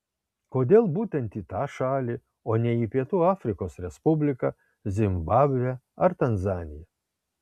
kodėl būtent į tą šalį o ne į pietų afrikos respubliką zimbabvę ar tanzaniją